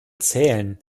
zählen